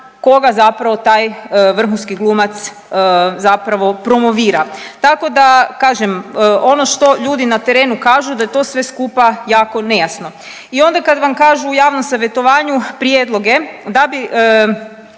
koga zapravo taj vrhunski glumac zapravo promovira. Tako da kažem, ono što ljudi na terenu kažu da je to sve skupa jako nejasno. I onda kad vam kažu u javnom savjetovanju prijedloge da bi